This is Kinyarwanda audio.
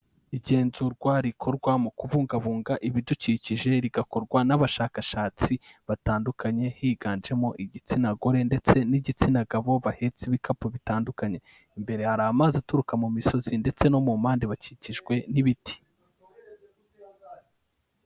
Igenzurwa rikorwa mu kubungabunga ibidukikije, rigakorwa n'abashakashatsi batandukanye, higanjemo igitsina gore ndetse n'igitsina gabo, bahetse ibikapu bitandukanye. Imbere hari amazi aturuka mu misozi ndetse no mu mpande bakikijwe n'ibiti.